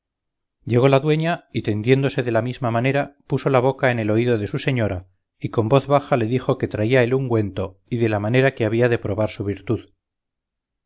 llegó la dueña y tendiéndose de la misma manera puso la boca en el oído de su señora y con voz baja le dijo que traía el ungüento y de la manera que había de probar su virtud